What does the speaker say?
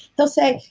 he'll say,